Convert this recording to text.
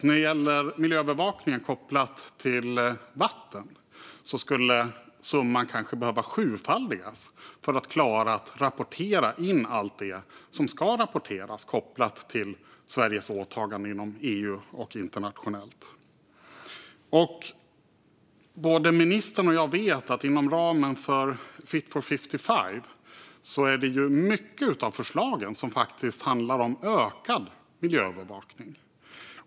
När det gäller miljöövervakning av vatten skulle summan kanske behöva sjufaldigas för att man skulle klara att rapportera in allt det som ska rapporteras enligt Sveriges åtaganden gentemot EU och internationellt. Både ministern och jag vet dessutom att många av förslagen inom ramen för Fit for 55 handlar om ökad miljöövervakning.